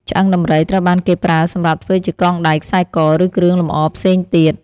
ឆ្អឹងដំរីត្រូវបានគេប្រើសម្រាប់ធ្វើជាកងដៃ ខ្សែ ក ឬគ្រឿងលម្អផ្សេងទៀត។